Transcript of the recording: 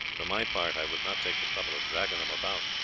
for my part, i would not take the trouble of dragging them about.